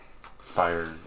fire